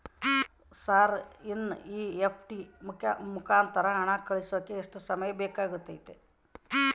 Sir NEFT ಮುಖಾಂತರ ಹಣ ಕಳಿಸೋಕೆ ಎಷ್ಟು ಸಮಯ ಬೇಕಾಗುತೈತಿ?